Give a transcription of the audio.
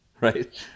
right